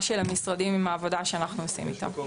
של המשרדים עם העבודה שאנחנו עושים איתם.